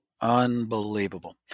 Unbelievable